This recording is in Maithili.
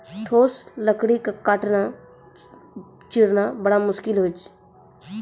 ठोस लकड़ी क काटना, चीरना बड़ा मुसकिल होय छै